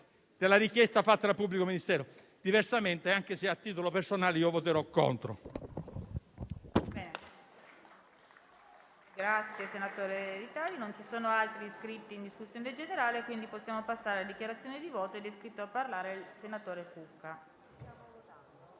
della richiesta fatta dal pubblico ministero. Diversamente, anche se a titolo personale, voterò contro